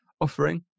offering